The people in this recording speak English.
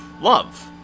love